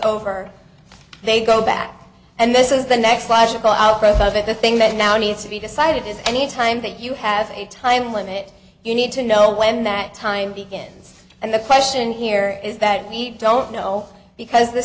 over they go back and this is the next logical outgrowth of it the thing that now needs to be decided is any time that you have a time limit you need to know when that time begins and the question here is that need don't know because the